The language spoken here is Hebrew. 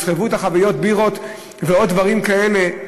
ויסחבו את חביות הבירות ועוד דברים כאלה?